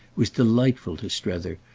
was delightful to strether,